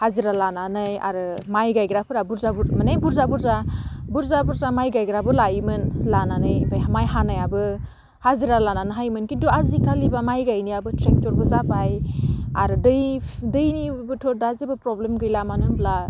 हाजिरा लानानै आरो माइ गायग्राफोरा बुरजा माने बुरजा बुरजा बुरजा बुरजा माइ गायग्राबो लायोमोन लानानै आमफाय माइ हानायाबो हाजिरा लानानै हायोमोन खिन्थु आजिखालिबा माइ गायनायाबो ट्रेक्टरबो जाबाय आरो दै दैनिबोथ' दा जेबो प्रब्लेम गैला मानो होमब्ला